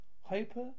hyper